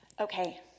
Okay